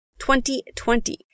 2020